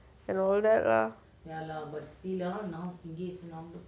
and all that lah